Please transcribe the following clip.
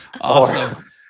Awesome